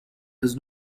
does